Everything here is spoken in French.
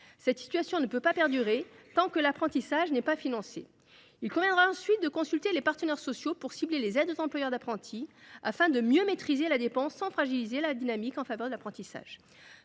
Cette situation ne peut pas perdurer tant que l’apprentissage n’est pas financé. Il conviendra ensuite de consulter les partenaires sociaux pour cibler les aides aux employeurs d’apprentis, afin de mieux maîtriser la dépense sans fragiliser la dynamique en faveur de l’apprentissage.